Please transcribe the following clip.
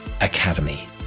academy